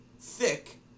thick